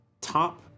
top